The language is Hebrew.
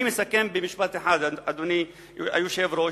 אני מסכם במשפט אחד, אדוני היושב-ראש.